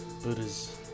Buddhas